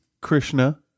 Krishna